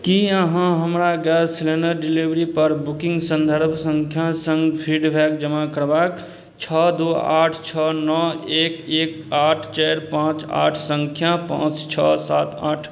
की अहाँ हमरा gas cylinder डिलिवरीपर बुकिन्ग सन्दर्भ सँख्या सङ्ग फीडबैक जमा करबाक छओ दुइ आठ छओ नओ एक एक आठ चारि पाँच आठ सँख्या पाँच छओ सात आठ